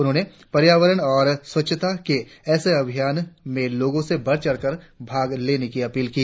उन्होंने पर्यावरण और स्वच्छता के ऐसे अभियानों में लोगों से बढ़चढ़ कर भाग लेने की अपील की